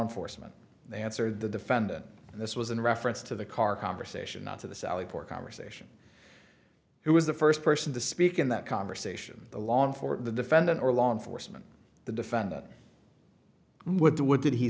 enforcement they answered the defendant and this was in reference to the car conversation not to the sally port conversation it was the first person to speak in that conversation the lawn for the defendant or law enforcement the defendant would what did he